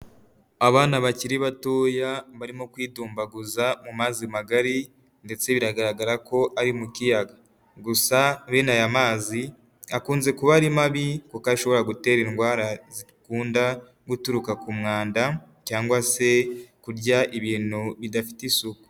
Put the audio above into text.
Abana bakiri batoya, barimo kwidumbaguza mu mazi magari, ndetse biragaragara ko ari mu kiyaga. Gusa bene aya mazi akunze kuba ari mabi, kuko ashobora gutera indwara zikunda guturuka ku mwanda, cyangwa se kurya ibintu bidafite isuku.